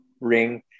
ring